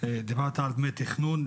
אתה דיבר על דמי תכנון.